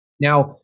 Now